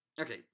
Okay